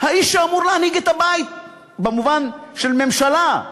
האיש שאמור להנהיג את הבית במובן של ממשלה,